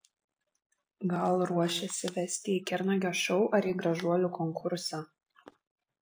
gal ruošiasi vesti į kernagio šou ar į gražuolių konkursą